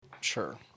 Sure